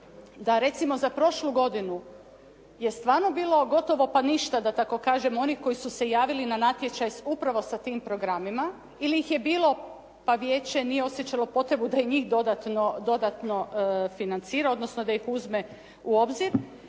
da recimo za prošlu godinu je stvarno bilo gotovo pa ništa da tako kažem onih koji su se javili na natječaj upravo sa tim programima ili ih je bilo pa vijeće nije osjećalo potrebu da i njih dodatno financira, odnosno da ih uzme u obzir